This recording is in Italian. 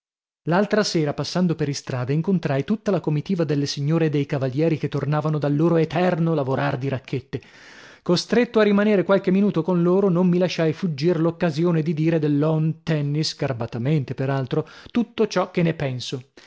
l'altra sera passando per istrada incontrai tutta la comitiva delle signore e dei cavalieri che tornavano dal loro eterno lavorar di racchette costretto a rimanere qualche minuto con loro non mi lasciai fuggir l'occasione di dire del lawn tennis garbatamente per altro tutto ciò che ne penso